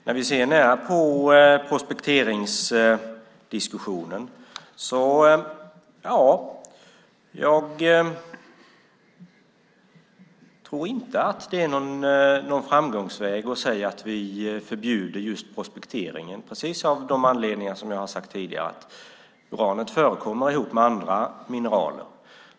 När vi nu diskuterar prospektering tror jag inte att det är någon framgångsväg att säga att vi förbjuder just prospektering, precis av de anledningar som jag har angett tidigare, nämligen att uran förekommer tillsammans med andra mineraler.